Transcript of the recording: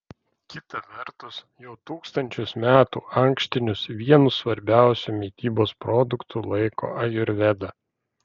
kita vertus jau tūkstančius metų ankštinius vienu svarbiausiu mitybos produktu laiko ajurveda